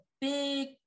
big